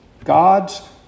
God's